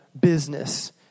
business